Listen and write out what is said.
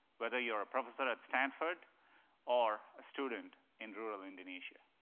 whether you're a professor at stanford or a student in rural indonesia.